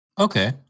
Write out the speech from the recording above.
Okay